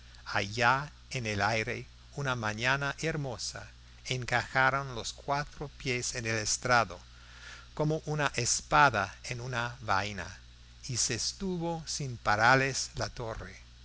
allá en el aire una mañana hermosa encajaron los cuatro pies en el estrado como una espada en una vaina y se sostuvo sin parales la torre